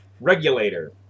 regulator